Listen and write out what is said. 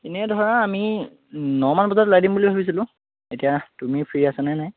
এনেই ধৰা আমি নমান বজাত ওলাই দিম বুলি ভাবিছিলোঁ এতিয়া তুমি ফ্ৰী আছানে নাই